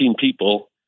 people